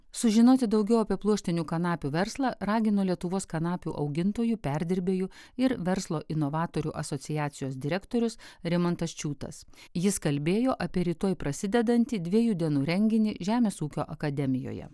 sužinoti daugiau apie pluoštinių kanapių verslą ragino lietuvos kanapių augintojų perdirbėjų ir verslo inovatorių asociacijos direktorius rimantas čiūtas jis kalbėjo apie rytoj prasidedantį dviejų dienų renginį žemės ūkio akademijoje